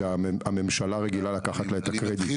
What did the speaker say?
הממשלה רגילה לקחת לעצמה את הקרדיט,